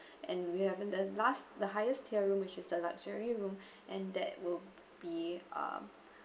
and we have our the last the highest tier room which is the luxury room and that will be uh